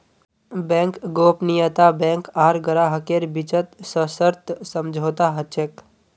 bank गोपनीयता bank आर ग्राहकेर बीचत सशर्त समझौता ह छेक